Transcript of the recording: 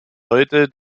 heute